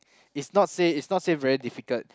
it's not say it's not say very difficult